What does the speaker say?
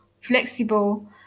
flexible